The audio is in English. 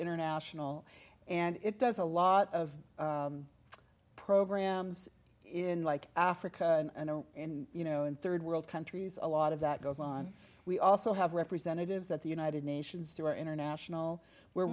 international and it does a lot of programs in like africa and in you know in third world countries a lot of that goes on we also have representatives at the united nations through our international were